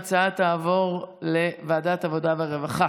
ההצעה תעבור לוועדת העבודה והרווחה.